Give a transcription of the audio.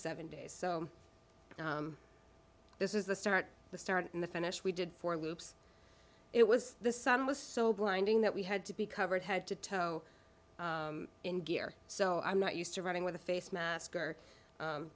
seven days so this is the start the start and the finish we did for loops it was the sun was so blinding that we had to be covered head to toe in gear so i'm not used to running with a face mask or